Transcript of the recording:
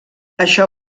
això